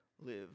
live